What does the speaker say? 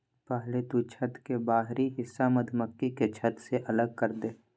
पहले तु छत्त के बाहरी हिस्सा मधुमक्खी के छत्त से अलग करदे